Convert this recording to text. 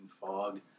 fog